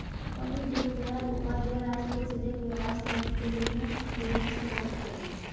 पण्डित दीनदयाल उपाध्याय राष्ट्र के सजग व राष्ट्र भक्त के रूप में प्रेरणास्त्रोत रहे हैं